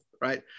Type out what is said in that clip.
right